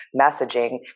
messaging